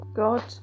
God